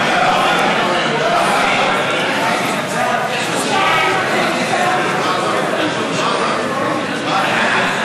ההצעה להעביר את הצעת חוק הבנקאות (רישוי) (תיקון,